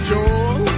Joel